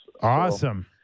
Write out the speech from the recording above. awesome